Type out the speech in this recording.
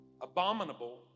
abominable